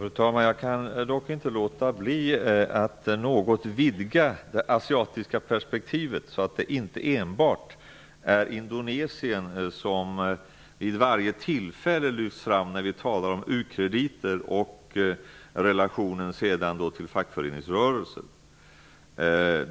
Fru talman! Jag kan dock inte låta bli att något vidga det asiatiska perspektivet, så att det inte är enbart Indonesien som lyfts fram vid varje tillfälle när vi talar om u-krediter och relationen till fackföreningsrörelsen.